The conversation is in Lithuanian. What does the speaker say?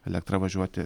elektra važiuoti